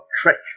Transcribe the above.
treachery